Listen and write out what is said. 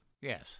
Yes